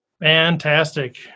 Fantastic